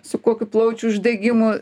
su kokiu plaučių uždegimu